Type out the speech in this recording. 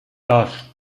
dos